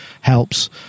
helps